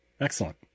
Excellent